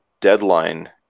deadline